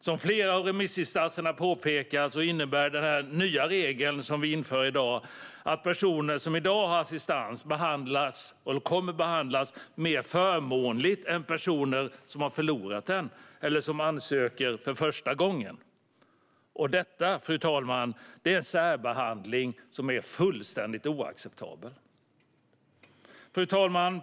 Som flera av remissinstanserna påpekar innebär den nya regeln som vi inför i dag att personer som i dag har assistans kommer att behandlas mer förmånligt än personer som har förlorat den eller som ansöker för första gången. Detta, fru talman, är en särbehandling som är fullständigt oacceptabel. Fru talman!